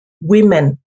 women